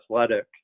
athletic